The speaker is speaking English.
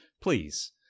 please